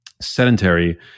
sedentary